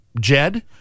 Jed